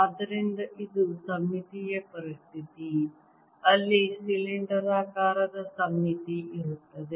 ಆದ್ದರಿಂದ ಇದು ಸಮ್ಮಿತೀಯ ಪರಿಸ್ಥಿತಿ ಅಲ್ಲಿ ಸಿಲಿಂಡರಾಕಾರದ ಸಮ್ಮಿತಿ ಇರುತ್ತದೆ